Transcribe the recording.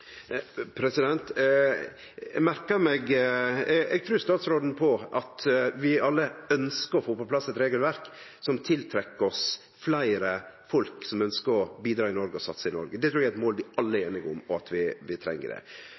Eg trur statsråden på at vi alle ønskjer å få på plass eit regelverk som tiltrekk oss fleire folk som ønskjer å bidra og satse i Noreg. Det trur eg er eit mål vi alle er einige om, at vi treng det.